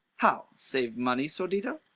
how! save money, sordido?